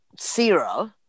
zero